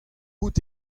out